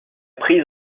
prise